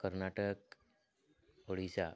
Karnataka Odisha